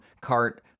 cart